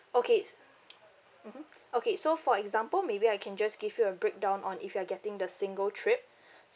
okay mmhmm okay so for example maybe I can just give you a breakdown on if you're getting the single trip